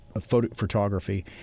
photography